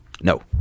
no